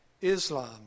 Islam